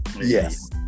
Yes